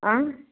आँ